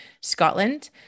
Scotland